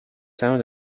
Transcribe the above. towns